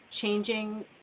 changing